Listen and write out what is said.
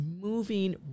moving